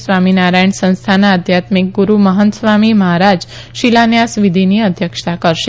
સ્વામિનારાયણ સંસ્થાના આધ્યાત્મિક ગુરૂ મહંત સ્વામી મહારાજ શિલાન્યાસ વિધિની અધ્યક્ષતા કરશે